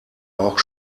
auch